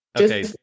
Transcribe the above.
Okay